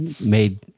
made